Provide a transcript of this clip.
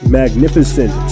magnificent